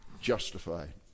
justified